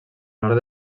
nord